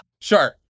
Sure